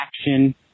action